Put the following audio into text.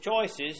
choices